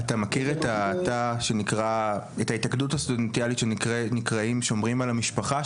אתה מכיר את ההתאגדות הסטודנטיאלית שנקראים שומרים על המשפחה,